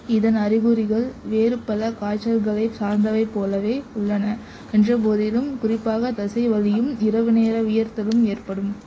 இதன் அறிகுறிகள் வேறு பல காய்ச்சல்களைச் சார்ந்தவை போலவே உள்ளன என்ற போதிலும் குறிப்பாக தசை வலியும் இரவு நேர வியர்த்தலும் ஏற்படும்